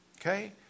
Okay